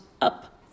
up